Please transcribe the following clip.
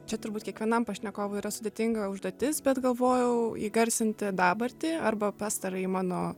čia turbūt kiekvienam pašnekovui yra sudėtinga užduotis bet galvojau įgarsinti dabartį arba pastarąjį mano